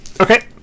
okay